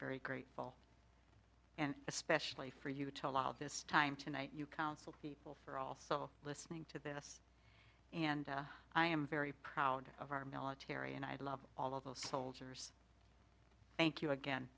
very grateful and especially for you to allow this time tonight you counsel people are also listening to this and i am very proud of our military and i love all of those soldiers thank you